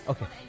Okay